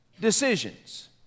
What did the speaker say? decisions